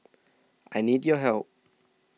I need your help